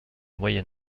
moyen